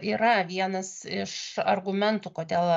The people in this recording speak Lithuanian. yra vienas iš argumentų kodėl